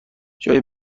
جایی